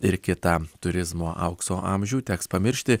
ir kitą turizmo aukso amžių teks pamiršti